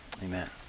Amen